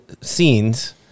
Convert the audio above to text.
scenes